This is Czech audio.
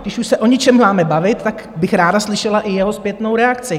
Když už se o něčem máme bavit, tak bych ráda slyšela i jeho zpětnou reakci.